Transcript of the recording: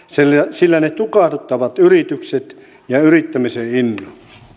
sillä ne tukahduttavat yritykset ja yrittämisen innon